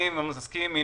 אני מסכים עם ינון,